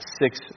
six